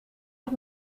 nog